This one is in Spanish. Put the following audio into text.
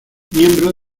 miembro